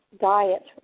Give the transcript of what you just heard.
diet